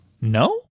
No